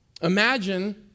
Imagine